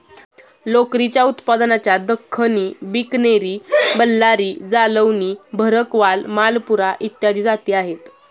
लोकरीच्या उत्पादनाच्या दख्खनी, बिकनेरी, बल्लारी, जालौनी, भरकवाल, मालपुरा इत्यादी जाती आहेत